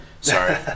Sorry